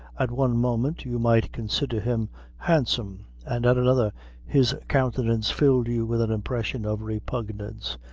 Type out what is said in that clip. at one moment you might consider him handsome, and at another his countenance filled you with an impression of repugnance,